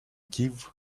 give